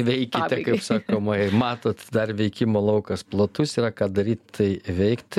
veikite kaip sakoma ir matot dar veikimo laukas platus yra ką daryt tai veikti